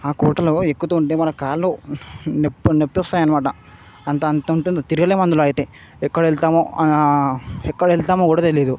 కోటలో ఎక్కుతూ ఉంటే మన కాళ్ళు నెప్పు నెప్పొస్తాయనమాట అంత అంత ఉంటుంది తిరగలేము అందులో అయితే ఎక్కడెళ్తామో అని ఎక్కడెళ్తామో కూడా తెలీదు